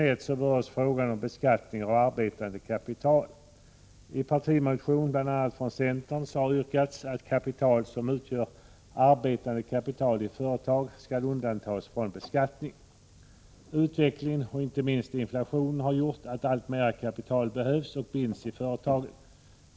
I partimotion bl.a. från centern har yrkats att kapital som utgör arbetande kapital i företag skall undantagas från beskattning. Utvecklingen, inte minst inflationen, har gjort att allt mera kapital behövs och binds i företagen.